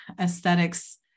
aesthetics